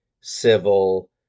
civil